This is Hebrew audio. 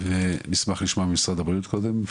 ונשמח לשמוע ממשרד הבריאות קודם,